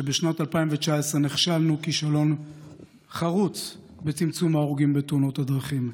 שבשנת 2019 נכשלנו כישלון חרוץ בצמצום מספר ההרוגים בתאונות הדרכים.